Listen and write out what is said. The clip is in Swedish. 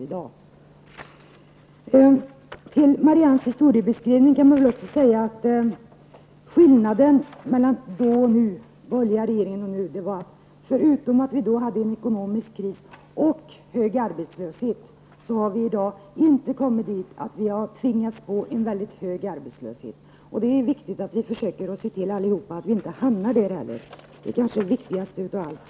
Till Marianne Anderssons historiebeskrivning kan man också göra den kommentaren att skillnaden mellan då och nu, mellan en borgerlig regering och dagens regering, är att vi då hade en ekonomisk kris och en hög arbetslöshet, medan vi i dag ännu inte har blivit påtvingade en mycket hög arbetslöshet. Det är viktigt att vi allihop försöker se till att vi inte heller hamnar i en sådan. Det är kanske det viktigaste av allt.